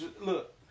Look